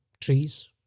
trees